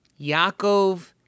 Yaakov